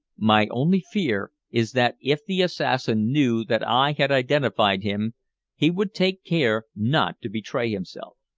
my only fear is that if the assassin knew that i had identified him he would take care not to betray himself.